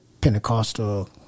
Pentecostal